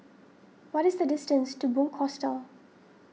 what is the distance to Bunc Hostel